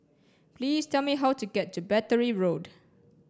please tell me how to get to Battery Road